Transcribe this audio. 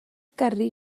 gyrru